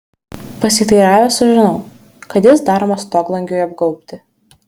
pasiteiravęs sužinau kad jis daromas stoglangiui apgaubti